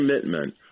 commitment